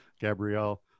Gabrielle